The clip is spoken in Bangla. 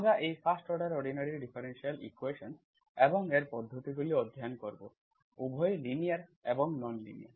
আমরা এই 1st order ordinary differential equations এবং এর পদ্ধতিগুলি অধ্যয়ন করব উভয় লিনিয়ার এবং নন লিনিয়ার